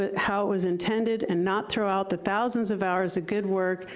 ah how it was intended, and not throw out the thousands of hours of good work,